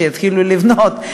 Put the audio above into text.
שיתחילו לבנות,